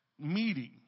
meeting